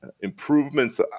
improvements